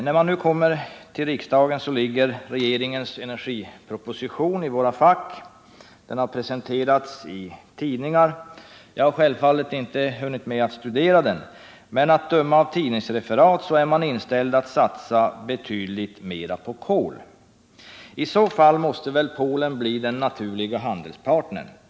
När vi nu kommer till riksdagen ligger regeringens energiproposition i våra fack. Den har presenterats i tidningarna. Jag har självfallet inte hunnit studera den, men att döma av tidningsreferaten är man inställd på att satsa betydligt mera på kol. I så fall måste väl Polen bli den naturliga handelspartnern.